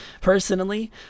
personally